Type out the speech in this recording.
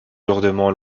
lourdement